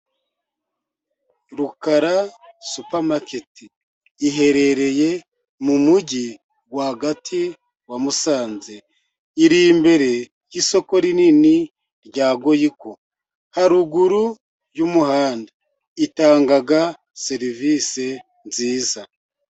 Rukara supamaketi iherereye mu mujyi rwagati wa Musanze, iri imbere y'isoko rinini rya goyiko haruguru y'umuhanda itanga serivisi nziza.